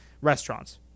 restaurants